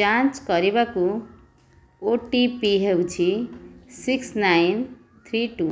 ଯାଞ୍ଚ କରିବାକୁ O T P ହେଉଛି ସିକ୍ସ ନାଇନ୍ ଥ୍ରୀ ଟୁ